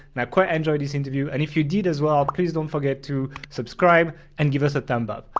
now quite enjoyed this interview. and if you did as well please don't forget to subscribe and give us a thumbs up.